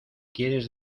quieres